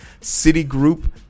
Citigroup